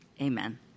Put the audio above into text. amen